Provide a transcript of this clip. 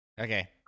okay